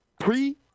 Pre